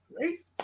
right